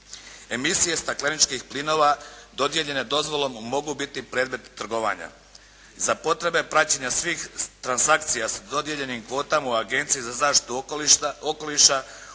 Emisije stakleničkih plinova dodijeljene dozvolom mogu biti predmet trgovanja. Za potrebe praćenja svih transakcija s dodijeljenim kvotama u Agenciji za zaštitu okoliša